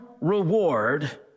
reward